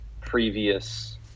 previous